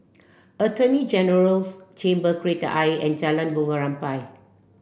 Attorney General's Chambers Kreta Ayer and Jalan Bunga Rampai